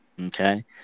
Okay